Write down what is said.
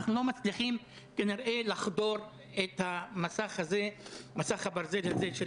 אנחנו לא מצליחים כנראה לחדור את מסך הברזל הזה.